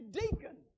deacon